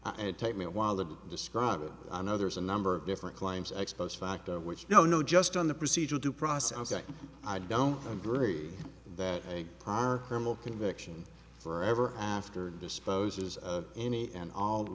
and it takes me a while to describe it i know there's a number of different claims ex post facto which no no just on the procedure due process that i don't agree that a prior criminal conviction for ever after disposes of any and all the